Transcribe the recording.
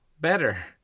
better